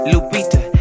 Lupita